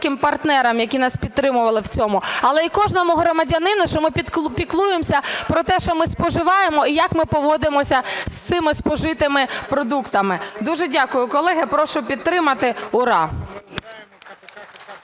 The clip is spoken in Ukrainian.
дякую, колеги. Прошу підтримати, ура!